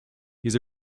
his